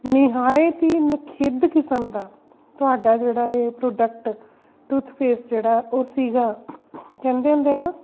ਨਿਹਾਇਤ ਹੀ ਨਖਿੱਧ ਕਿਸਮ ਦਾ ਤੁਹਾਡਾ ਜਿਹੜਾ ਇਹ ਪ੍ਰੋਡਕਟ ਟੂਥਪੇਸਟ ਜਿਹੜਾ ਉਹ ਸੀਗਾ ਕਹਿੰਦੇ ਹੁੰਦੇ ਨਾ